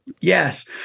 Yes